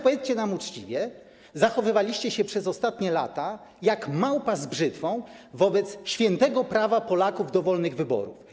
Powiedzcie nam uczciwie, dlaczego zachowywaliście się przez ostatnie lata jak małpa z brzytwą wobec świętego prawa Polaków do wolnych wyborów.